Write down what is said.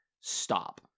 stop